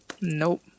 nope